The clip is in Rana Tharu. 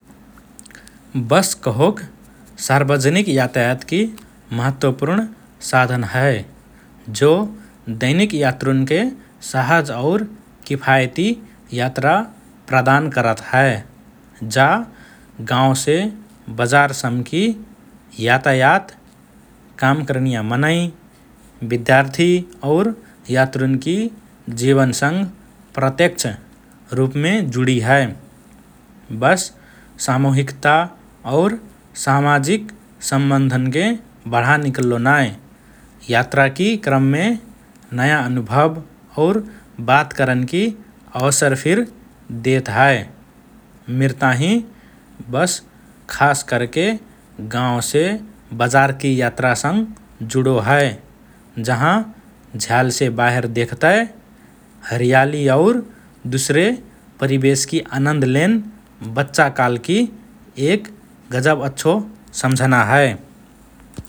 बस कहोक सार्वजनिक यातायातकि महत्वपूर्ण साधन हए, जो दैनिक यात्रुन्के सहज और किफायती यात्रा प्रदान करत हए । जा गांवसे बजारसम्कि यातायात, काम करनिया मनइ, विद्यार्थी और यात्रुन्कि जीवनसँग प्रत्यक्ष रुपमे जुडी हए । बस सामूहिकता और सामाजिक सम्बन्धन्के बढान इकल्लो नाए यात्राकि क्रममे नया अनुभव और बात करनकि अवसर फिर देत हए । मिर ताहिँ बस खासकरके गांवसे बजारकि यात्रासँग जुडो हए । जहाँ झ्यालसे बाहेर देखतए हरियाली और दुसरे परिवेशकि अनान्द लेन बच्चाकालकि एक गजब अच्छो सम्झना हए ।